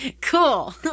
Cool